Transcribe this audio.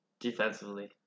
defensively